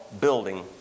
building